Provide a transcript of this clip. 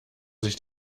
sich